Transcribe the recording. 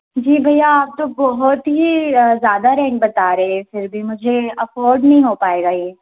जी भेीया आप तो बहुत ही ज़्यादा रेंट बता रहे हैं फिर भी मुझे अफोर्ड नहीं हो पाएगा ये